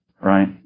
Right